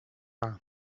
aglà